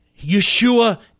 Yeshua